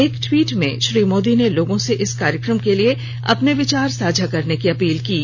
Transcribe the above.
एक टवीट में श्री मोदी ने लोगों से इस कार्यक्रम के लिए अपने विचार साझा करने की अपील की है